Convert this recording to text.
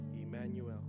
Emmanuel